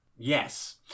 Yes